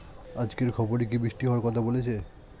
আজকের খবরে কি বৃষ্টি হওয়ায় কথা বলেছে?